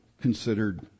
considered